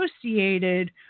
associated